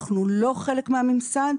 אנחנו לא חלק מהממסד.